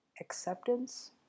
acceptance